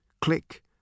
Click